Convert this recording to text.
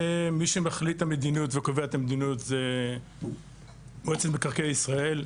מי שמחליט על המדיניות וקובע את המדיניות זה מועצת מקרקעי ישראל,